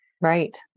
right